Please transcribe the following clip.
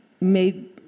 made